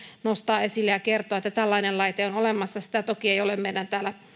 nostaa esille ja kertoa että tällainen laite on olemassa sitä toki ei ole täällä meidän